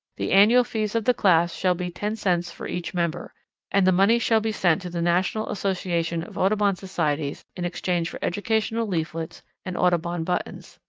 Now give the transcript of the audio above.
the annual fees of the class shall be ten cents for each member and the money shall be sent to the national association of audubon societies in exchange for educational leaflets and audubon buttons.